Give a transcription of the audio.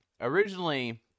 originally